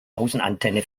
außenantenne